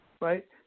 right